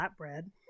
flatbread